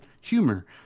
humor